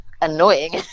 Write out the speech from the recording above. annoying